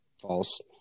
False